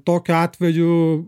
tokiu atveju